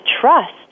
trust